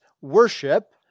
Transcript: worship